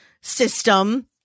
system